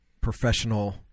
professional